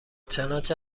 چنانچه